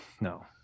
No